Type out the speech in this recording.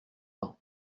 pain